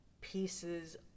pieces